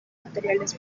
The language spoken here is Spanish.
materiales